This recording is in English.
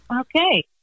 okay